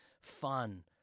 fun